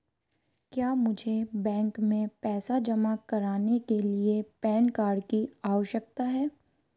क्या मुझे बैंक में पैसा जमा करने के लिए पैन कार्ड की आवश्यकता है?